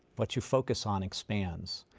what you focus on expands.